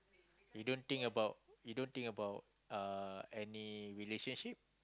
you don't think about you don't think about uh any relationship